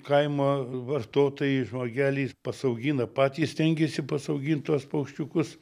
kaimo vartotojai žmogeliai pasiaugina patys stengiasi pasiaugint tuos paukščiukus